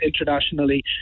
internationally